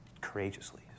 courageously